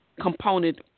component